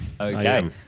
Okay